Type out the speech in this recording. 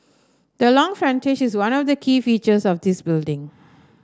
the long frontage is one of the key features of this building